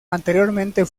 anteriormente